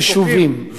כל היישובים,